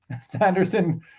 sanderson